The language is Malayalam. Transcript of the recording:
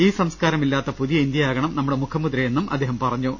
ഈ സംസ്കാരം ഇല്ലാത്ത പുതിയ ഇന്ത്യയാകണം നമ്മുടെ മുഖമുദ്രയെന്ന് അദ്ദേഹം പറഞ്ഞു